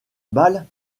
balle